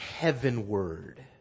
heavenward